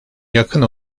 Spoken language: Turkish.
yakın